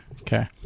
okay